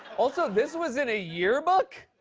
also, this was in a yearbook?